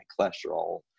cholesterol